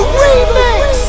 remix